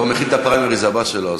הוא כבר מכין את הפריימריז הבאים שלו,